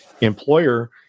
employer